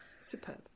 Superb